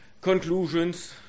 conclusions